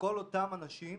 לכל אותם אנשים